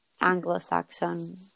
Anglo-Saxon